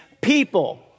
people